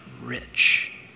rich